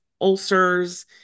ulcers